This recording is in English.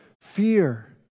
fear